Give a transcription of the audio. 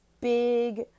big